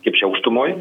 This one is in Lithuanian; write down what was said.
kaip čia aukštumoj